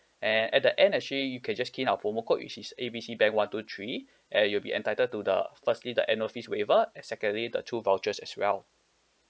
and at the end actually you can just key in our promo code which is A B C bank one two three and you'll be entitled to the firstly the annual fee waiver and secondly the two vouchers as well